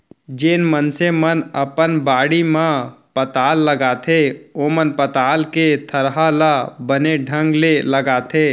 जेन मनसे मन अपन बाड़ी म पताल लगाथें ओमन पताल के थरहा ल बने ढंग ले लगाथें